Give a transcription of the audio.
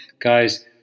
guys